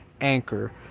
anchor